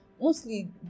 Mostly